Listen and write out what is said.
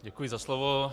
Děkuji za slovo.